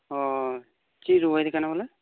ᱚᱻ ᱪᱮᱜ ᱨᱩᱣᱟᱹᱭᱮ ᱠᱟᱱᱟ ᱵᱚᱞᱮ